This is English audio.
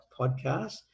podcast